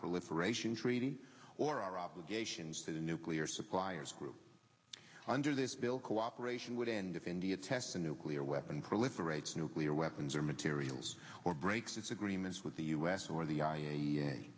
proliferation treaty or our obligations to the nuclear suppliers group under this bill cooperation would end if india tests a nuclear weapon proliferates nuclear weapons or materials or breaks its agreements with the us or the i